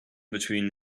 between